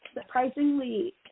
surprisingly